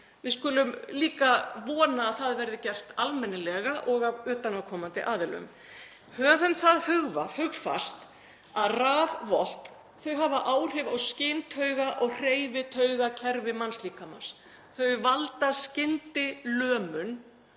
Við skulum líka vona að það verði gert almennilega og af utanaðkomandi aðilum. Höfum það hugfast að rafvopn hafa áhrif á skyntauga- og hreyfitaugakerfi mannslíkamans. Þau valda skyndilömun